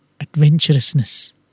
adventurousness